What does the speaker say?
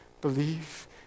Believe